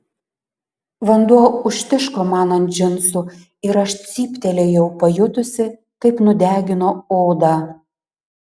vanduo užtiško man ant džinsų ir aš cyptelėjau pajutusi kaip nudegino odą